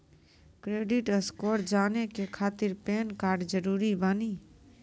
Credit score जाने के खातिर पैन कार्ड जरूरी बानी?